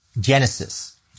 Genesis